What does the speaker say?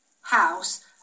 house